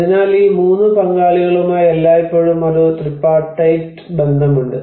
അതിനാൽ ഈ 3 പങ്കാളികളുമായി എല്ലായ്പ്പോഴും ഒരു ത്രിപാർട്ടൈറ്റ് ബന്ധം ഉണ്ട്